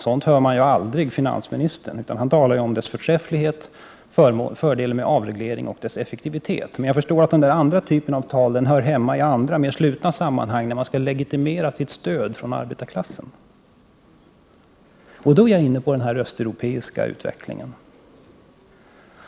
Sådant hör man aldrig från finansministern. Han talar om dess förträfflighet, dess effektivitet och fördelen med avreglering. Men jag förstår att den andra typen av tal hör hemma i andra och mer slutna sammanhang, när man skall legitimera sitt stöd från arbetarklassen. Därmed är jag inne på den östeuropeiska utvecklingen.